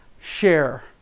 Share